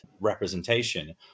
representation